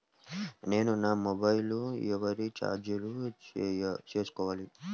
నేను నా మొబైల్కు ఎలా రీఛార్జ్ చేసుకోవాలి?